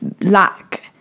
lack